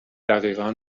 دقیقا